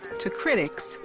to critics,